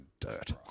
dirt